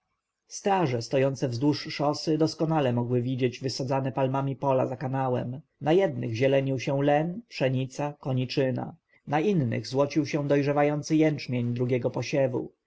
straże stojące wzdłuż szosy doskonale mogły widzieć wysadzone palmami pola za kanałem na jednych zielenił się len pszenica koniczyna na innych złocił się dojrzewający jęczmień drugiego